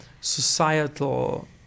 societal